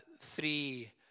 three